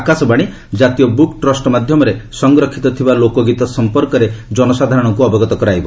ଆକାଶବାଣୀ ଜାତୀୟ book trust ମାଧ୍ୟମରେ ସଂରକ୍ଷିତ ଥିବା ଲୋକଗୀତ ସଂପର୍କରେ ଜନସାଧାରଣଙ୍କୁ ଅବଗତ କରାଇବ